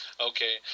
okay